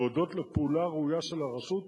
והודות לפעולה הראויה של הרשות,